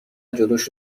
جلوش